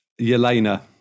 Yelena